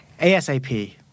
ASAP